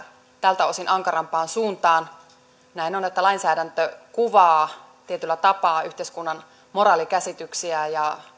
tältä osin ankarampaan suuntaan näin on että lainsäädäntö kuvaa tietyllä tapaa yhteiskunnan moraalikäsityksiä ja